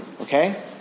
Okay